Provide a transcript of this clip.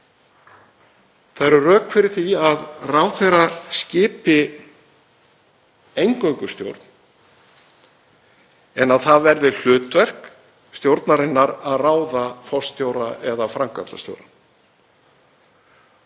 Það eru rök fyrir því að ráðherra skipi eingöngu stjórn en að það verði hlutverk stjórnarinnar að ráða forstjóra eða framkvæmdastjóra.